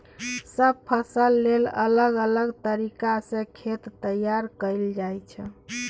सब फसल लेल अलग अलग तरीका सँ खेत तैयार कएल जाइ छै